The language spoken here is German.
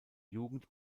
jugend